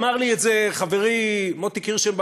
אמר לי את זה חברי מוטי קירשנבאום,